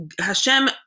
Hashem